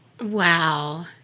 Wow